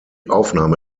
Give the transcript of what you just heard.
aufnahme